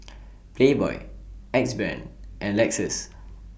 Playboy Axe Brand and Lexus